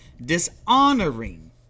dishonoring